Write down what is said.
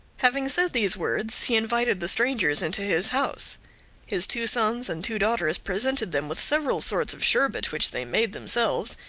having said these words, he invited the strangers into his house his two sons and two daughters presented them with several sorts of sherbet, which they made themselves,